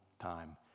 time